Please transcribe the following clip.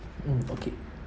mm okay